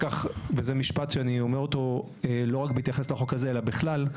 וזה משפט שאני אומר אותו לא רק בהתייחס לחוק הזה אלא בכלל: